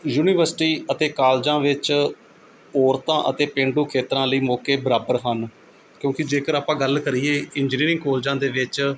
university ਅਤੇ ਕਾਲਜਾਂ ਵਿੱਚ ਔਰਤਾਂ ਅਤੇ ਪੇਂਡੂ ਖੇਤਰਾਂ ਲਈ ਮੌਕੇ ਬਰਾਬਰ ਹਨ ਕਿਉਂਕਿ ਜੇਕਰ ਆਪਾਂ ਗੱਲ ਕਰੀਏ ਇੰਜੀਨੀਅਰਿੰਗ ਕਾਲਜਾਂ ਦੇ ਵਿੱਚ